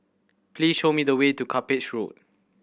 please show me the way to Cuppage Road